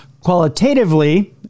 Qualitatively